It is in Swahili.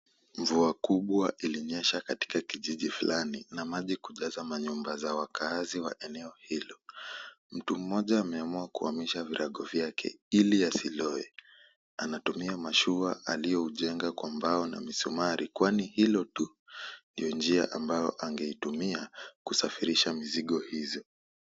Mvua kubwa ilinyesha katika kijiji fulani na maji kujaza manyumba za wakaazi wa eneo hilo. Mtu mmoja ameamua kuhamisha virago vyake ili asilowe. Anatumia mashua alioujenga kwa mbao na misumari kwani hilo tu ndio njia ambayo angeitumia kusafirisha mizigo hizo.